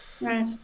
Right